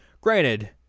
granted